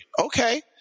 Okay